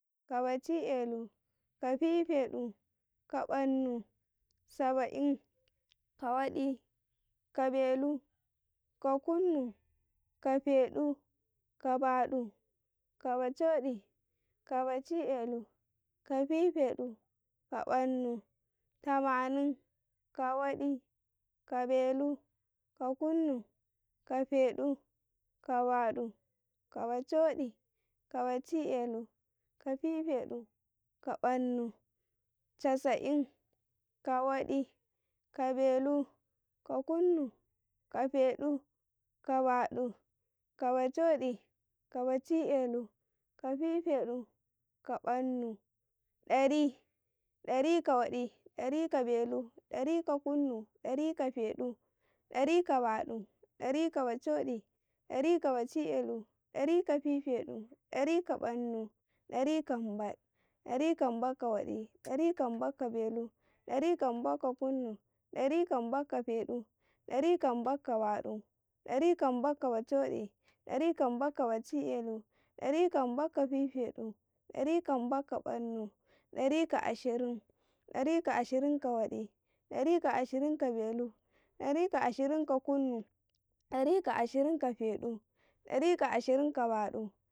﻿ka baci belu, ka fifedu, ka bannu, Saba'i, ka waɗi, ka belu ka kunnu, ka fedu, ka baɗu, ka bachoɗi, ka baci belu, ka fifedu, ka bannu, Tamnin, ka waɗi, ka beku, ka kunnu, ka feɗu, ka baɗu, ka bachoɗi, ka baci belu, ka fifeɗu, ka bannu, Casa'i, ka waɗi, ka belu, ka kunnu, ka feɗu, ka baɗu, ka bachoɗi, ka baci belu, ka fifeɗu, ka bannu, ɗari, ɗari ka waɗi, ka feɗu, ɗarika baɗu, ɗarika bacho'i, ɗari ka baci belu, ɗarika humbada, darika humbad ka waɗi, darika humbad ka kunnu, dari ka humbad ka feɗu, ɗarika humbad ka baɗu, ɗarika humbad ka bachoi, ɗarika humbad ka baci belu, ɗarika humbad ka fifeɗu, ɗarika ashirin, ɗarika ashirin ka waɗi, ɗarika ashirin ka belu, ɗarika ashirin ka kunnu, ɗarika ashirin ka feɗu, ɗarika ashirin ka baɗu.